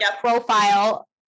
profile